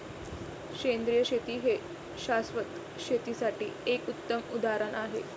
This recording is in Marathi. सेंद्रिय शेती हे शाश्वत शेतीसाठी एक उत्तम उदाहरण आहे